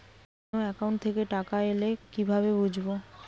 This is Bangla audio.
কোন একাউন্ট থেকে টাকা এল কিভাবে বুঝব?